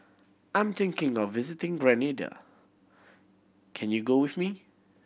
I'm thinking of visiting Grenada can you go with me